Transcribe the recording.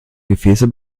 gefäße